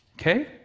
Okay